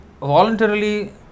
voluntarily